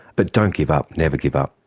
but don't give up, never give up,